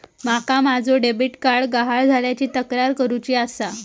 माका माझो debit card गहाळ झाल्याची तक्रार करुची आसा